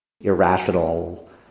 irrational